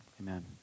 amen